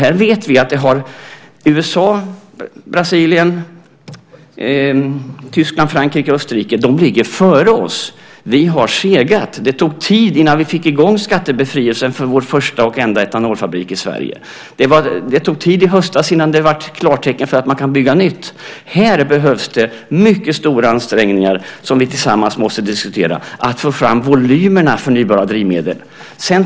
Vi vet att USA, Brasilien, Tyskland, Frankrike och Österrike ligger före oss. Vi har segat. Det tog tid innan vi fick i gång skattebefrielsen för vår första och enda etanolfabrik i Sverige. Det tog tid innan det i höstas blev klartecken för att bygga nytt. Här behövs det mycket stora ansträngningar, som vi tillsammans måste diskutera, för att få fram volymerna förnybara drivmedel.